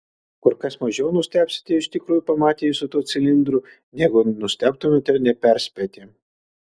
kur kas mažiau nustebsite iš tikrųjų pamatę jį su tuo cilindru negu nustebtumėte neperspėti